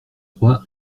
trois